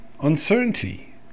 uncertainty